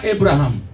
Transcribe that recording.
Abraham